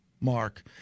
Mark